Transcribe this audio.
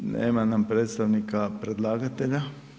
Nema nam predstavnika predlagatelja.